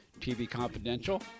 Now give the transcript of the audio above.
tvconfidential